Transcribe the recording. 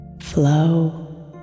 flow